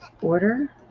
order